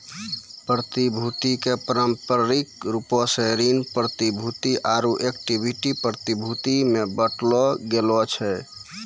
प्रतिभूति के पारंपरिक रूपो से ऋण प्रतिभूति आरु इक्विटी प्रतिभूति मे बांटलो गेलो छै